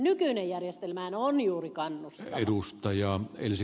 nykyinen järjestelmähän on juuri kannustava